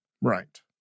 right